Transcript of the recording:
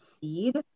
seed